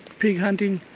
pig hunting,